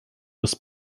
was